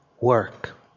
work